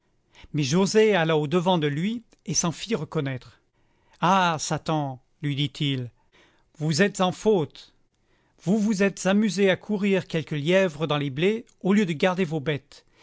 mais joset alla au-devant de lui et s'en fit reconnaître ah satan lui dit-il vous êtes en faute vous vous êtes amusé à courir quelque lièvre dans les blés au lieu de garder vos bêtes